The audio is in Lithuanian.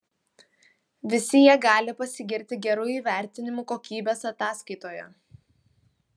visi jie gali pasigirti geru įvertinimu kokybės ataskaitoje